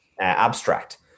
abstract